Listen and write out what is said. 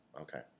Okay